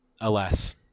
alas